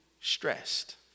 stressed